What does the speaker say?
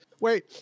Wait